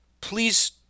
Please